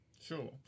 Sure